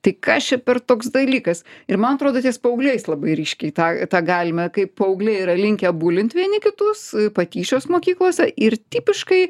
tai kas čia per toks dalykas ir man atrodo ties paaugliais labai ryškiai tą tą galime kaip paaugliai yra linkę bulint vieni kitus patyčios mokyklose ir tipiškai